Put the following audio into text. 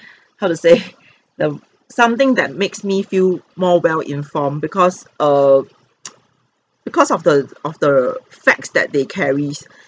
how to say the something that makes me feel more well inform because err because of the of the facts that they carries